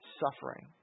suffering